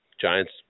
Giants